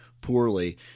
poorly